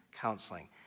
counseling